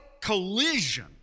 collision